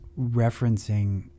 referencing